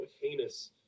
heinous